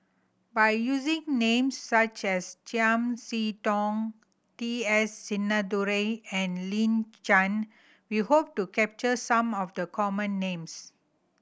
by using names such as Chiam See Tong T S Sinnathuray and Lin Chen we hope to capture some of the common names